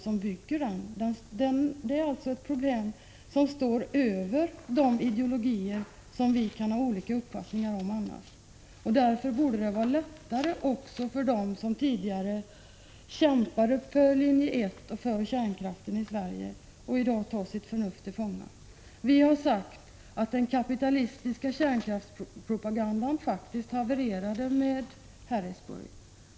Det är en sak som står över de ideologier som vi kan ha olika uppfattningar om annars. Därför borde det vara lättare också för dem som tidigare kämpade för linje 1 och för kärnkraften i Sverige att i dag ta sitt förnuft till fånga. Vi har sagt att den kapitalistiska kärnkraftspropagandan faktiskt havererade med Harrisburg.